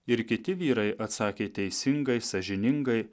ir kiti vyrai atsakė teisingai sąžiningai